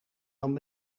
dan